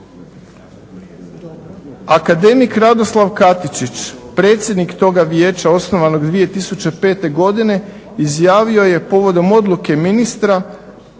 Akademik Radoslav Katičić predsjednik toga vijeća osnovanog 2005. godine izjavio je povodom odluke ministra